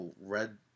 red